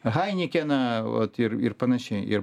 hainekeną vat ir ir panašiai ir